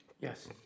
Yes